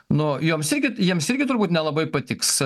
nu joms irgi jiems irgi turbūt nelabai patiks